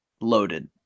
loaded